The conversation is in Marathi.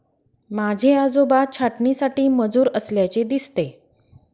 माझे आजोबा छाटणीसाठी मजूर असल्याचे दिसते